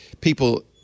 people